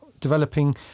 developing